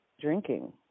drinking